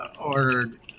ordered